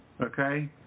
okay